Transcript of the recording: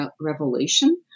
revelation